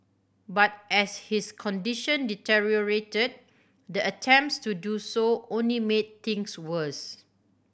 but as his condition deteriorated the attempts to do so only made things worse